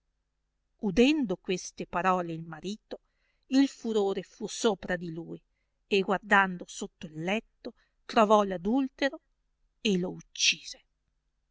udendo queste parole il marito il furore fu sopra di lui e guardando sotto il letto trovò l'adultero e lo uccise